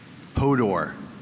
Hodor